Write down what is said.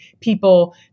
people